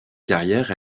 carrière